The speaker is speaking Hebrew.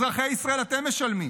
אזרחי ישראל, אתם משלמים.